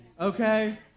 okay